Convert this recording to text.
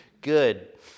good